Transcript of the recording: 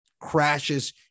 crashes